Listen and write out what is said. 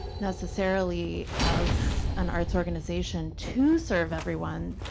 necessarily, as an arts organization to serve everyone,